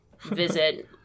visit